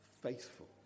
faithful